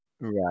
Right